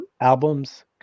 albums